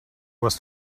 was